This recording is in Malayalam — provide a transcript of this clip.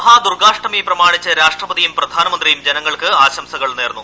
മഹാദുർഗ്ഗാഷ്ടമി പ്രമാണിച്ച് രാഷ്ട്രപതിയും പ്രധാനമന്ത്രിയും ജനങ്ങൾക്ക് ആശംസകൾ നേർന്നു